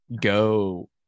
go